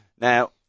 Now